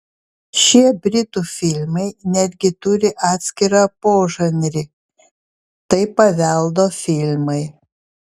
šie britų filmai netgi turi atskirą požanrį tai paveldo filmai